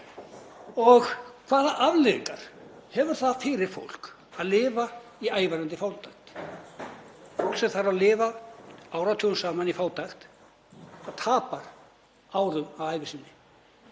Hvaða afleiðingar hefur það fyrir fólk að lifa í ævarandi fátækt? Fólk sem þarf að lifa áratugum saman í fátækt tapar árum af ævi sinni.